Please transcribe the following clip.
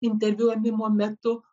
interviu ėmimo metu